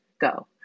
go